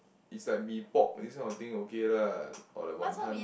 is like mee pok this kind of thing okay lah or like WanTon